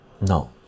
no